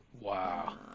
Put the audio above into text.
Wow